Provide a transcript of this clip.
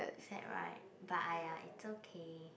that right !aiya! it's okay